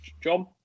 John